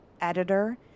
editor